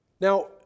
Now